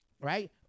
right